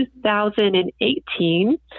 2018